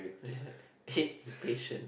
hit patient